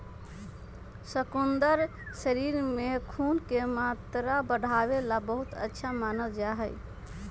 शकुन्दर शरीर में खून के मात्रा बढ़ावे ला बहुत अच्छा मानल जाहई